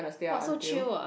!wah! so chill ah